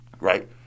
right